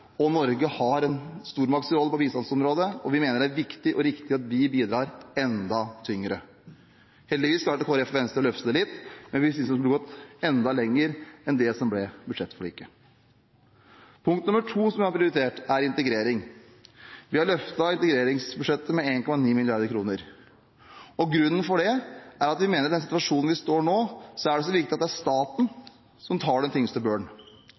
nød. Norge har en stormaktrolle på bistandsområdet, og vi mener det er viktig og riktig at vi bidrar enda mer. Heldigvis klarte Kristelig Folkeparti og Venstre å øke det litt, men vi synes man kunne gått enda lenger enn det som ble budsjettforliket. Punkt nummer to som vi har prioritert, er integrering. Vi har økt integreringsbudsjettet med 1,9 mrd. kr. Grunnen til det er at vi mener at i den situasjonen vi står i nå, er det viktig at det er staten som tar den tyngste